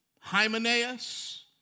Hymenaeus